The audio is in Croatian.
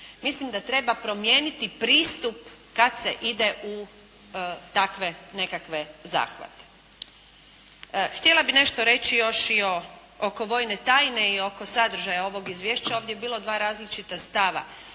Mislim da treba promijeniti pristup kad se ide u takve nekakve zahvate. Htjela bih nešto reći još i o oko vojne tajne i oko sadržaja ovog izvješća. Ovdje je bilo 2 različita stava,